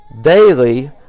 daily